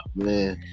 man